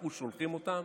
אנחנו שולחים אותם,